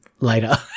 later